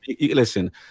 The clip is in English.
listen